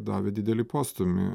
davė didelį postūmį